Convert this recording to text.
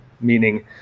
meaning